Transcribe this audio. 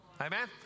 Amen